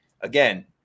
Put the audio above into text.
again